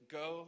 go